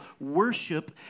worship